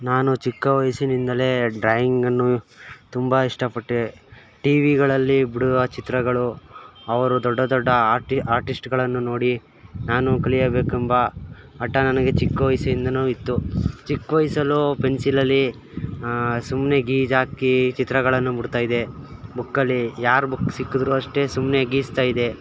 ನಾನು ಚಿಕ್ಕ ವಯಸ್ಸಿನಿಂದಲೇ ಡ್ರಾಯಿಂಗನ್ನು ತುಂಬ ಇಷ್ಟಪಟ್ಟೆ ಟಿ ವಿಗಳಲ್ಲಿ ಬಿಡುವ ಚಿತ್ರಗಳು ಅವರು ದೊಡ್ಡ ದೊಡ್ಡ ಆರ್ಟಿ ಆರ್ಟಿಸ್ಟುಗಳನ್ನು ನೋಡಿ ನಾನು ಕಲಿಯಬೇಕೆಂಬ ಹಠ ನನಗೆ ಚಿಕ್ಕ ವಯಸ್ಸಿಂದಲೂ ಇತ್ತು ಚಿಕ್ಕ ವಯ್ಸಲ್ಲೂ ಪೆನ್ಸಿಲಲ್ಲಿ ಸುಮ್ಮನೆ ಗೀಜಾಕಿ ಚಿತ್ರಗಳನ್ನು ಬಿಡ್ತಾಯಿದ್ದೆ ಬುಕ್ಕಲ್ಲಿ ಯಾರ ಬುಕ್ ಸಿಕ್ಕಿದ್ರು ಅಷ್ಟೆ ಸುಮ್ಮನೆ ಗೀಜ್ತಾಯಿದೆ